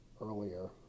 earlier